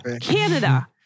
Canada